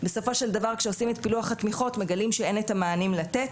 בסופו של דבר כאשר עושים את פילוח התמיכות מגלים שאין את המענים לתת,